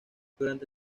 durante